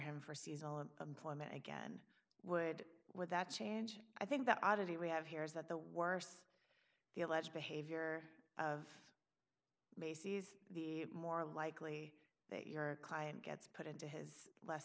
him for seasonal an employment again would with that change i think that oddity we have here is that the worse the alleged behavior of bases the more likely that your client gets put into his less